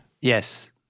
Yes